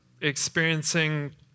experiencing